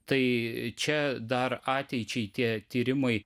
tai čia dar ateičiai tie tyrimai